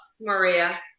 Maria